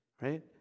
right